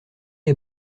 les